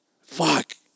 fuck